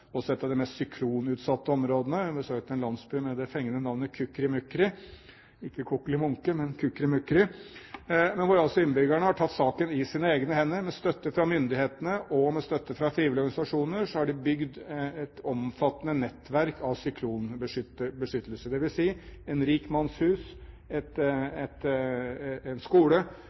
av de mest syklonutsatte områdene. Jeg besøkte en landsby med det fengende navnet Kukri Mukri – ikke kokkelimonke, men Kukri Mukri – hvor innbyggerne har tatt saken i sine egne hender. Med støtte fra myndighetene og med støtte fra frivillige organisasjoner har de bygd et omfattende nettverk av syklonbeskyttelse, dvs. at en rik manns hus, en skole eller et lokalt rådhus blir bygd på en